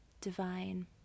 divine